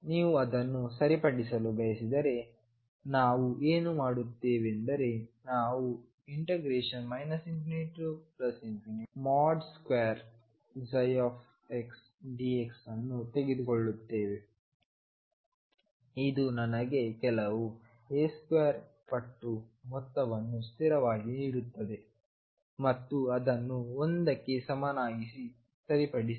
ನೀವು ಅದನ್ನು ಸರಿಪಡಿಸಲು ಬಯಸಿದರೆನಾವು ಏನು ಮಾಡುತ್ತೇವೆಂದರೆ ನಾವು ∞x2dx ಅನ್ನು ತೆಗೆದುಕೊಳ್ಳುತ್ತೇವೆ ಇದು ನನಗೆ ಕೆಲವು A2 ಪಟ್ಟು ಮೊತ್ತವನ್ನು ಸ್ಥಿರವಾಗಿ ನೀಡುತ್ತದೆ ಮತ್ತುಅದನ್ನು 1 ಕ್ಕೆ ಸಮನಾಗಿ ಸರಿಪಡಿಸಿ